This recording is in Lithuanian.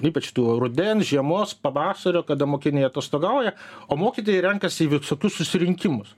ypač tų rudens žiemos pavasario kada mokiniai atostogauja o mokytojai renkasi į visokius susirinkimus